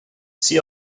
see